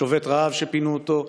שובת רעב שפינו אותו,